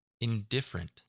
indifferent